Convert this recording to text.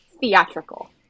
theatrical